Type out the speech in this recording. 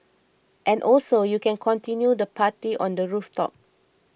and also you can continue the party on the rooftop